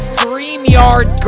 StreamYard